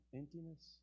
emptiness